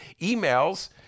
emails